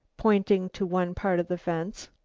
pointing to one part of the fence.